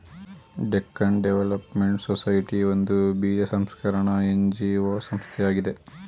Deccan development society ಒಂದು ಬೀಜ ಸಂಸ್ಕರಣ ಎನ್.ಜಿ.ಒ ಸಂಸ್ಥೆಯಾಗಿದೆ